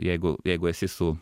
jeigu jeigu esi su